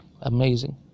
amazing